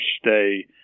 stay